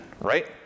right